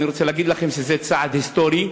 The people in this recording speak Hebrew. אני רוצה להגיד לכם שזה צעד היסטורי.